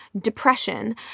depression